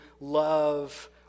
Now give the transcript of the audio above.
love